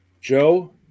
Joe